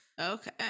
Okay